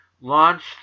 launched